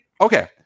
okay